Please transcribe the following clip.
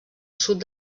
sud